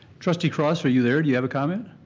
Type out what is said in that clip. trustee cross, are you there? do you have a comment?